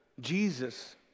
Jesus